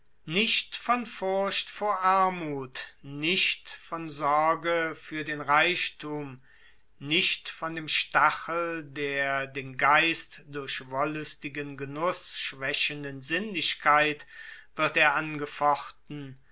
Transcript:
nicht von furcht vor armuth nicht von sorge für den reichthum nicht von dem stachel der den geist durch wollüstigen genuß schwächenden sinnlichkeit wird er angefochten